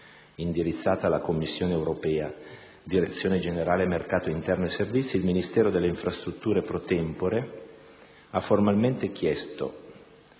indirizzata alla Commissione europea-Direzione generale mercato interno e servizi, il Ministro delle infrastrutture *pro tempore* ha formalmente chiesto